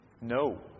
No